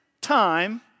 time